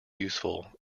useful